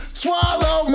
swallow